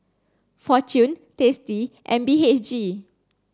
Fortune Tasty and B H G